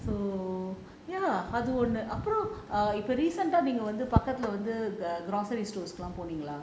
so ya அது ஒன்னு அப்புறம் இப்போ நீங்க வந்து:athu onnu appuram ippo neenga vanthu recent ah போனீங்களா:poningala